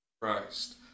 Christ